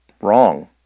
Wrong